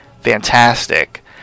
fantastic